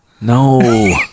No